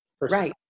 Right